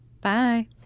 bye